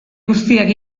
guztiak